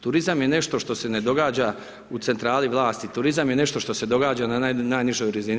Turizam je nešto što se ne događa u centrali vlasti, turizam je nešto što se događa na najnižoj razini.